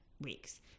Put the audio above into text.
weeks